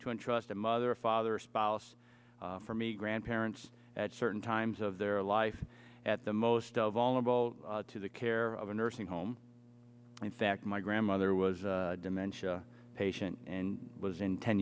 entrust a mother or father or spouse for me grandparents at certain times of their life at the most vulnerable to the care of a nursing home in fact my grandmother was dementia patient and was in ten